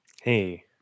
Hey